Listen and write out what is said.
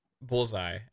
Bullseye